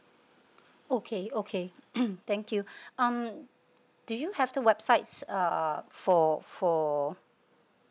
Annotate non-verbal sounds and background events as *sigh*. okay okay *coughs* thank you *breath* um do you have the websites uh for for